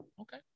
Okay